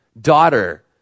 daughter